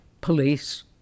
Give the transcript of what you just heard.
police